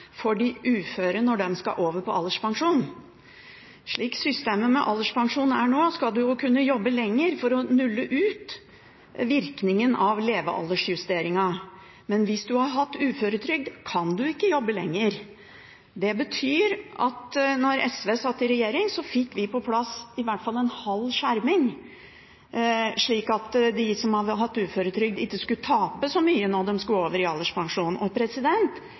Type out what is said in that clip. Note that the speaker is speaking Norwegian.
for de uføre, når de skal over på alderspensjon. Slik systemet med alderspensjon er nå, skal man jo kunne jobbe lenger for å nulle ut virkningen av levealdersjusteringen, men hvis man har hatt uføretrygd, kan man ikke jobbe lenger. Da SV satt i regjering, fikk vi på plass i hvert fall en halv skjerming, slik at de som hadde hatt uføretrygd, ikke skulle tape så mye når de skulle over på alderspensjon.